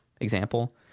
example